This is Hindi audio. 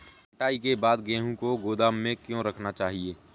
कटाई के बाद गेहूँ को गोदाम में क्यो रखना चाहिए?